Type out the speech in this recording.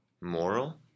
moral